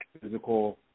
physical